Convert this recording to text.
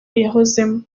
yahozemo